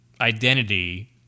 identity